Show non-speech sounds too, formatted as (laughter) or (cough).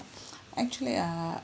(breath) actually uh